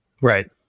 Right